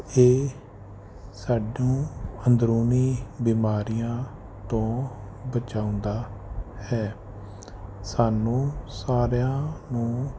ਇਹ ਸਾਨੂੰ ਅੰਦਰੂਨੀ ਬਿਮਾਰੀਆਂ ਤੋਂ ਬਚਾਉਂਦਾ ਹੈ ਸਾਨੂੰ ਸਾਰਿਆਂ ਨੂੰ